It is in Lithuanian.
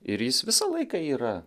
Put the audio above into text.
ir jis visą laiką yra